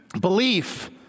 Belief